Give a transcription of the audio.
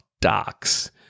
Docs